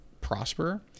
prosper